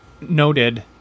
noted